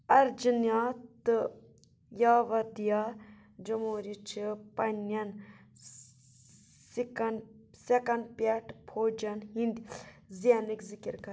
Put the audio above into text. ارجنیا تہٕ یاودھیا جمہوٗری چھِ پنٛنٮ۪ن سِکن سیٚکَن پٮ۪ٹھ فوجن ہٕنٛدۍ زینٛنٕکۍ ذِکر کہ